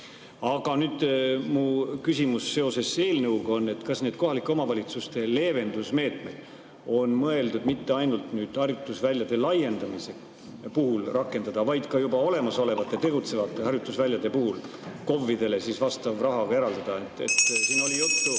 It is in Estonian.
mu küsimus seoses eelnõuga on, et kas neid kohalike omavalitsuste leevendusmeetmeid on mõeldud ainult harjutusväljade laiendamise puhul rakendada või ka juba olemasolevate, tegutsevate harjutusväljade puhul KOV‑idele vastav raha eraldada. (Sumin saalis.